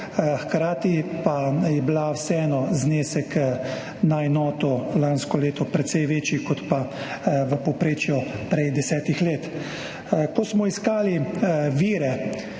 hkrati pa je bil vseeno znesek na enoto lansko leto precej večji kot pa prej v povprečju desetih let. Ko smo iskali vire,